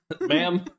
Ma'am